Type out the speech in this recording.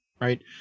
Right